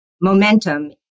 momentum